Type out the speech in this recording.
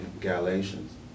Galatians